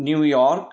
New York